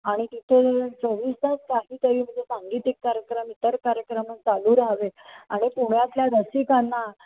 आणि तिथे चोवीस तास काही तरी म्हणजे सांगीतिक कार्यक्रम इतर कार्यक्रम चालू राहावे आणि पुण्यातल्या रसिकांना